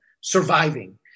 surviving